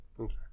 Okay